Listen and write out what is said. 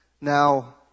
Now